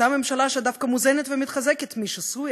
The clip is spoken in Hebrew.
אותה ממשלה שדווקא מוזנת ומתחזקת משיסוי